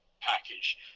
package